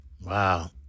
Wow